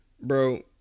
Bro